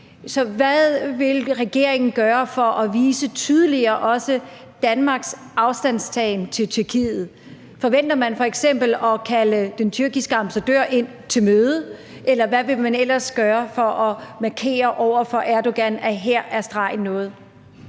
Så hvad vil regeringen gøre for tydeligere at vise Danmarks afstandtagen til Tyrkiet? Forventer man f.eks. at kalde den tyrkiske ambassadør ind til et møde? Eller hvad vil man ellers gøre for at markere over for Erdogan, at her er de gået